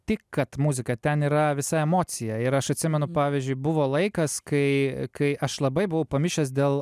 tik kad muzika ten yra visa emocija ir aš atsimenu pavyzdžiui buvo laikas kai kai aš labai buvau pamišęs dėl